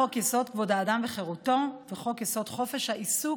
חוק-יסוד: כבוד האדם וחירותו וחוק-יסוד: חופש העיסוק,